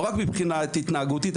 לא רק מבחינה התנהגותית,